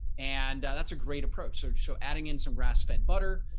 and that's a great approach. so adding in some grass fed butter,